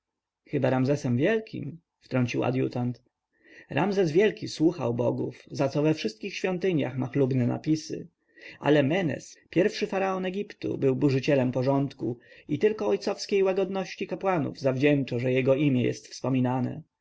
chyba ramzesem wielkim wtrącił adjutant ramzes wielki słuchał bogów za co we wszystkich świątyniach ma chlubne napisy ale menes pierwszy faraon egiptu był burzycielem porządku i tylko ojcowskiej łagodności kapłanów zawdzięcza że jego imię jest wspominane